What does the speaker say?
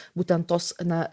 būtent tos na